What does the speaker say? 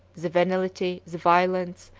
the venality, violence,